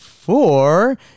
four